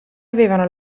avevano